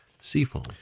Seafoam